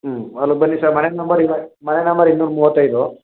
ಹ್ಞೂ ಅಲ್ಲಿಗೆ ಬನ್ನಿ ಸರ್ ಮನೆ ನಂಬರ್ ಮನೆ ನಂಬರ್ ಇನ್ನೂರ ಮೂವತ್ತೈದು